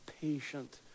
patient